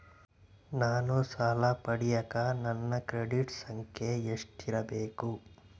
ನಾನು ಸಾಲ ಪಡಿಯಕ ನನ್ನ ಕ್ರೆಡಿಟ್ ಸಂಖ್ಯೆ ಎಷ್ಟಿರಬೇಕು?